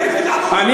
חבר הכנסת אבו עראר.